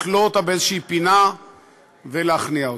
לכלוא אותה באיזו פינה ולהכניע אותה.